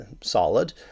solid